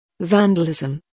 Vandalism